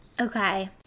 Okay